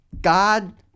God